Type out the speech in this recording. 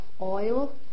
oil